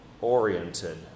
oriented